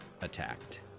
attacked